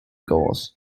goals